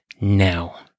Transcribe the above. now